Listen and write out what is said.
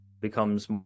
becomes